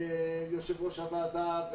יושב-ראש הוועדה,